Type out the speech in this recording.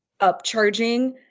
upcharging